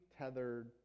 tethered